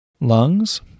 Lungs